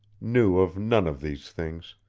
knew of none of these things.